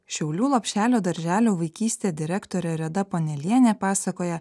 šiaulių lopšelio darželio vaikystė direktorė reda ponelienė pasakoja